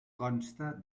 consta